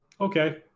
Okay